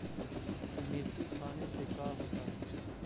मिर्ची खाने से का होता है?